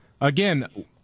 Again